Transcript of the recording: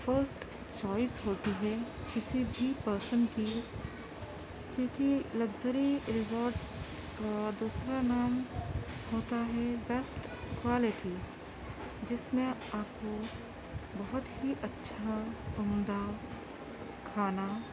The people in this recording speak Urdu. فرسٹ چوائس ہوتی ہے کسی بھی پرسن کی کیوں کہ لگژری ریزورٹس کا دوسرا نام ہوتا ہے بیسٹ کوالیٹی جس میں آپ کو بہت ہی اچھا عمدہ کھانا